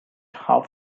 half